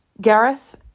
Gareth